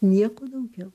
nieko daugiau